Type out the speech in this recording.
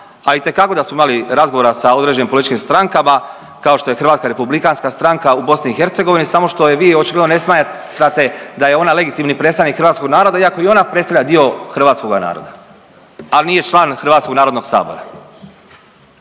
a itekako da smo imali razgovora sa određenim političkim strankama kao što je Hrvatska republikanska stranka u BiH samo što je vi očigledno ne smatrate da je ona legitimni predstavnik hrvatskog naroda iako i ona predstavlja dio hrvatskoga naroda, al nije član Hrvatskog narodnog sabora.